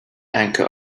anchor